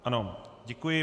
Ano, děkuji.